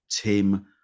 Tim